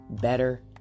better